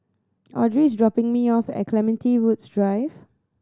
Audry is dropping me off at Clementi Woods Drive